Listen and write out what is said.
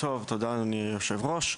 תודה אדוני יושב הראש.